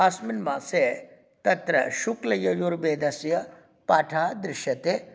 अस्मिन् मासे तत्र शुक्लयजुर्वेदस्य पाठः दृश्यते